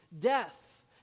death